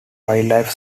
wildlife